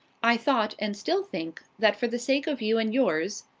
i thought, and still think, that for the sake of you and yours,